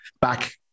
back